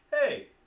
hey